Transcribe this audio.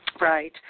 Right